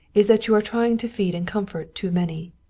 is that you are trying to feed and comfort too many.